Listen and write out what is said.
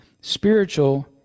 spiritual